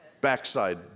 backside